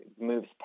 moves